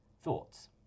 Thoughts